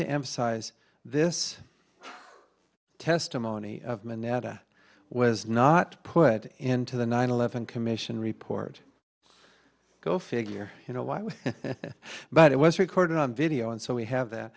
to emphasize this testimony of minetta was not put into the nine eleven commission report go figure you know what but it was recorded on video and so we have that